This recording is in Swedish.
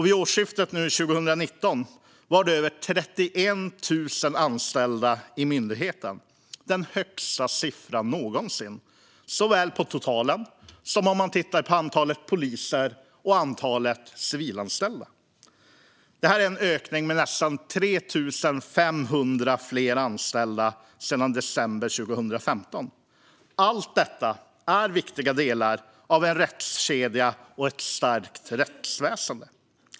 Vid årsskiftet 2019 var det över 31 000 anställda i myndigheten - den högsta siffran någonsin såväl på totalen som uppdelat i antal poliser och antal civilanställda. Det här är en ökning med nästan 3 500 anställda sedan december 2015. Allt detta är viktiga delar av en rättskedja och ett starkt rättsväsen.